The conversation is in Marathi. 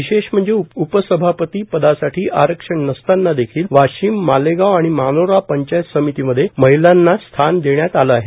विशेष म्हणजे उपसभापती पदासाठी आरक्षण नसतांना देखील वाशिम मालेगाव आणि मानोरा पंचायत समितीमध्ये महिलांनाच स्थान देण्यात आलं आहे